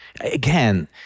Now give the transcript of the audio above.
Again